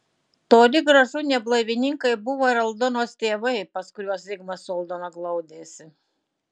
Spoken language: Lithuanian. toli gražu ne blaivininkai buvo ir aldonos tėvai pas kuriuos zigmas su aldona glaudėsi